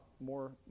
more